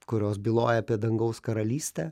kurios byloja apie dangaus karalystę